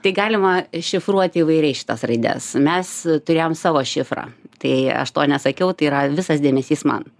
tai galima šifruoti įvairiai šitas raides mes turėjom savo šifrą tai aš to nesakiau tai yra visas dėmesys man